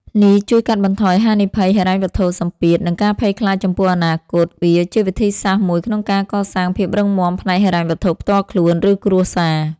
នេះជួយកាត់បន្ថយហានិភ័យហិរញ្ញវត្ថុ សម្ពាធ និងការភ័យខ្លាចចំពោះអនាគត វាជាវិធីសាស្ត្រមួយក្នុងការកសាងភាពរឹងមាំផ្នែកហិរញ្ញវត្ថុផ្ទាល់ខ្លួន ឬគ្រួសារ។